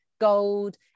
Gold